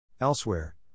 Elsewhere